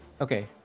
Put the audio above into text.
Okay